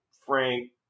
Frank